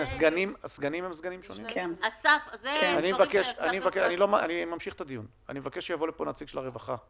אני מבקש שיבוא לפה נציג של הרווחה.